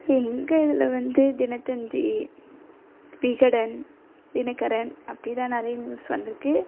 ஏ எங்கள் இதில் வந்து தினத்தந்தி விகடன் தினகரன் அப்படி தான் நிறைய நியூஸ் வந்திருக்கு